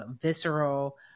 visceral